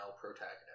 protagonist